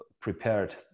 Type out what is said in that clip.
prepared